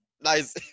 Nice